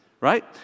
right